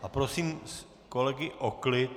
A prosím kolegy o klid!